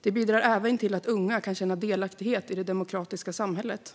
Det bidrar även till att unga kan känna delaktighet i det demokratiska samhället.